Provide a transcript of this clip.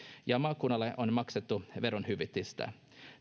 ja maakunnalle on maksettu verohyvitystä